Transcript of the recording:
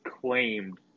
claimed